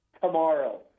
tomorrow